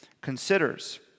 considers